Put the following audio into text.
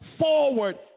forward